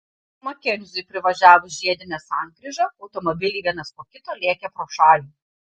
makenziui privažiavus žiedinę sankryžą automobiliai vienas po kito lėkė pro šalį